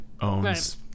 owns